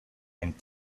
and